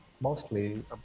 mostly